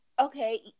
okay